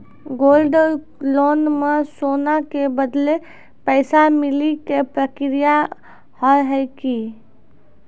Gold loan मे सोना के बदले पैसा मिले के प्रक्रिया हाव है की?